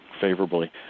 favorably